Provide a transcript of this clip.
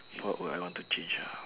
what would I want to change ah